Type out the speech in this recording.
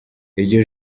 iryo